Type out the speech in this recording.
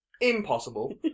impossible